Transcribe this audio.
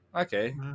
Okay